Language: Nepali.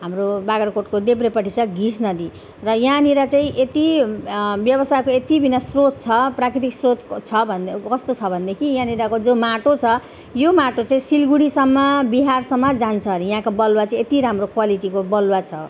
हाम्रो बाग्राकोटको देब्रेपट्टि छ घिस नदी र यहाँनिर चाहिँ यति व्यवसायको यति बिघ्न स्रोत छ प्राकृतिक स्रोत छ भने कस्तो छ भनेदेखि यहाँनिरको जो माटो छ यो माटो चाहिँ सिलगढीसम्म बिहारसम्म जान्छ अरे यहाँको बालुवा चाहिँ यति राम्रो क्वालिटीको बालुवा छ